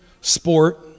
sport